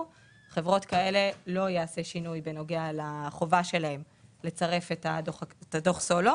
- חברות כאלו לא יעשה שינוי בנוגע לחובה שלהן לצרף את הדוח סולו